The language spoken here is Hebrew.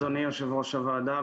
אדוני יושב ראש הוועדה,